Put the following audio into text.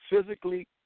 physically